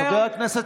חבר הכנסת